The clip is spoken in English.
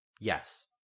Yes